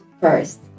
first